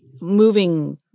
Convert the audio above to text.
moving